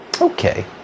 Okay